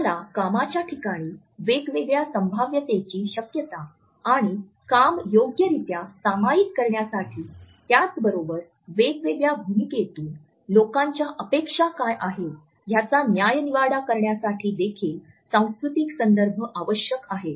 आपल्याला कामाच्या ठिकाणी वेगवेगळ्या संभाव्यतेची शक्यता आणि काम योग्यरित्या सामायिक करण्यासाठी त्याचबरोबर वेगवेगळ्या भूमिकेतून लोकांच्या अपेक्षा काय आहेत याचा न्यायनिवाडा करण्यासाठी देखील सांस्कृतिक संदर्भ आवश्यक आहेत